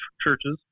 churches